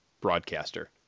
broadcaster